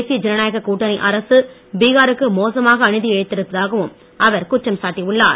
தேசிய ஜனநாயக கூட்டணி அரசு பீகாருக்கு மோசமாக அநீதி இழைத்திருப்பதாகவும் அவர் குற்றம் சாட்டி உள்ளார்